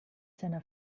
seiner